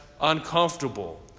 uncomfortable